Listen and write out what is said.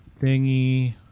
thingy